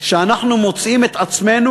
שאנחנו מוצאים את עצמנו,